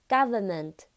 Government